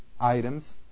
items